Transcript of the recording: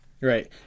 Right